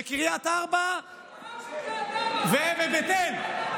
בקריית ארבע ובבית אל.